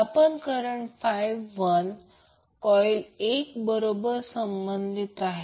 आता current 1 coil एक बरोबर संबंधित आहे